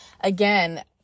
again